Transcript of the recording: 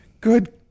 Good